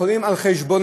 הם יכולים על חשבונם,